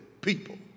people